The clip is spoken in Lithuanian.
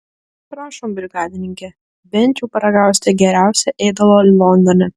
prašom brigadininke bent jau paragausite geriausio ėdalo londone